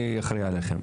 אני אחראי עליכם.